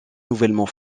nouvellement